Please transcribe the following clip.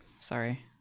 sorry